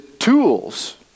tools